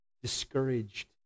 discouraged